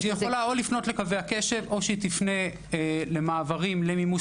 היא יכולה לפנות או לקווי הקשב או שהיא תפנה למעברים למימוש